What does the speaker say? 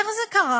איך זה קרה,